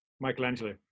Michelangelo